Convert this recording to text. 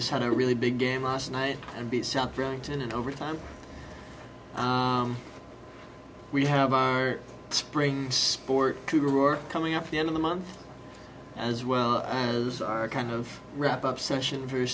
just had a really big game last night and beat south burlington and over time we have our spring sport couture coming up the end of the month as well as our kind of wrap up session for